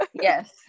yes